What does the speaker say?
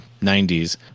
90s